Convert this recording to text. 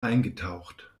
eingetaucht